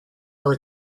are